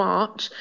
March